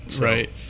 Right